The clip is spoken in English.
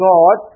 God